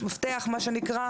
מפתח מה שנקרא?